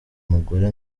mugore